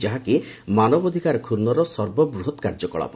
ଯାହା ହେଉଛି ମାନବାଧିକାର କ୍ଷୁର୍ଣ୍ଣର ସର୍ବବୃହତ କାର୍ଯ୍ୟକଳାପ